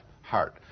heart